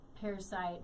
parasite